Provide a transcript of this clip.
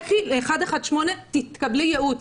לכי ל-118 ותקבלי ייעוץ.